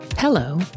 Hello